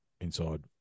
inside